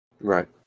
right